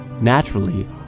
Naturally